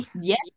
yes